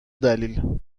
دلیل